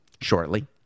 shortly